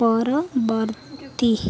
ପରବର୍ତ୍ତୀ